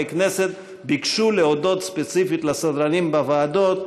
כנסת וביקשו להודות ספציפית לסדרנים בוועדות,